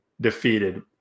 defeated